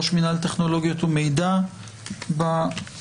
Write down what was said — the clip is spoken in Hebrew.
ראש מינהל טכנולוגיות ומידע במרכז,